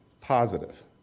positive